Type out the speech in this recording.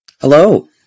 Hello